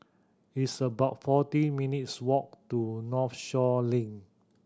it's about fourteen minutes' walk to Northshore Link